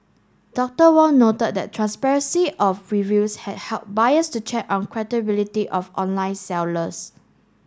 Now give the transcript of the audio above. Doctor Wong noted that transparency of reviews had helped buyers to check on credibility of online sellers